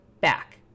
back